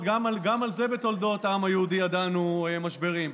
גם על זה בתולדות העם היהודי ידענו משברים,